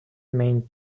main